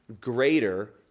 greater